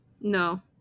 No